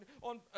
on